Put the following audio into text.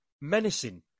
menacing